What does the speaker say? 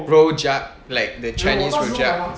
rojak like the chinese rojak